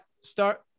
start